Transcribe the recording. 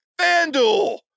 FanDuel